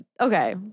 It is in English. okay